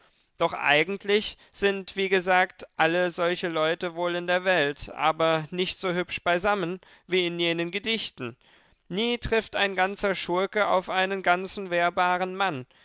doch eigentlich sind wie gesagt alle solche leute wohl in der welt aber nicht so hübsch beisammen wie in jenen gedichten nie trifft ein ganzer schurke auf einen ganzen wehrbaren mann